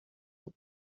بود